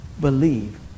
Believe